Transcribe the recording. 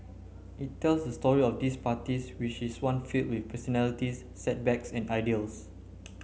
it tells the story of these parties which is one filled with personalities setbacks and ideals